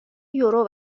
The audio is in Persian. یورو